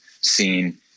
scene